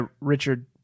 Richard